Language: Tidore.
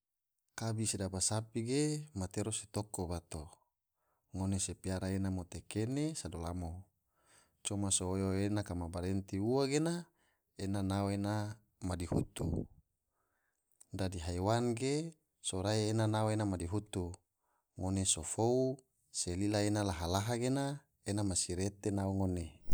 Kabi se daba sapi ge matero se toko bato, ngone se piara ena mote kene sado lamo coma so oyo ena kama barenti ua ge, ena nao ena ma madihutu, dadi haiwan ge sorai ena nao ena ma madihitu, ngone so fou se lila ena laha-laha gena ena masirete nao ngone.